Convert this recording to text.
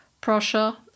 Prussia